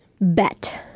bet